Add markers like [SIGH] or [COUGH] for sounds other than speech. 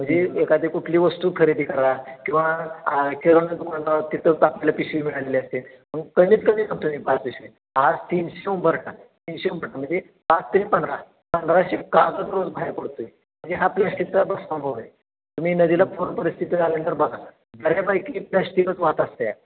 म्हणजे एखादी कुठली वस्तू खरेदी करा किंवा किराणा दुकानावर तिथं आपल्या पिशवी मिळालेली असते पण कमीत कमी सांगतो आहे मी पाच पिशवी आज तीनशे उंबरठा तीनशे उंबरठा म्हणजे पाच ते पंधरा पंधराशे कागद रोज बाहेर पडतो आहे म्हणजे हा प्लॅश्टिकचा [UNINTELLIGIBLE] हाय तुम्ही नदीला पूर परिस्थिती झाल्यानंतर बघा बऱ्यापैकी प्लॅश्टिकच वाहत असत आहे